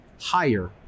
higher